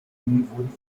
wurden